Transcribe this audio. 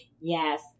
Yes